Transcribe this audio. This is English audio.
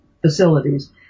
facilities